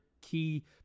key